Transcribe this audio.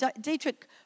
Dietrich